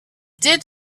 did